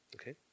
Okay